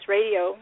Radio